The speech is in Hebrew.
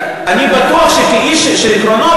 אני בטוח שכאיש של עקרונות,